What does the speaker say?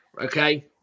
okay